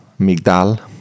Migdal